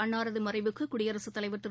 அன்னாரதுமறைவுக்குடியரசுத் தலைவர் திரு